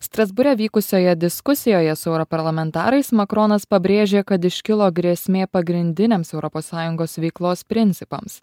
strasbūre vykusioje diskusijoje su europarlamentarais makronas pabrėžė kad iškilo grėsmė pagrindiniams europos sąjungos veiklos principams